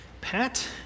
Pat